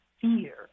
fear